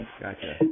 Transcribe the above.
Gotcha